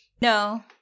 No